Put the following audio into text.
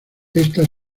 ésta